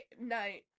night